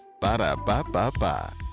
Ba-da-ba-ba-ba